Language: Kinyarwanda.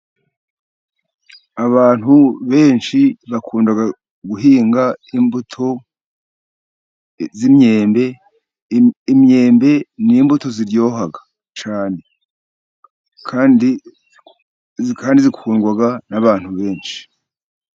Abantu benshi bakunda guhinga imbuto z'imyembe. Imyembe ni imbuto ziryoha cyane kandi zikundwa n'abantu benshi.